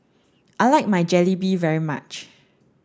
I like my Jalebi very much